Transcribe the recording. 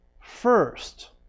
first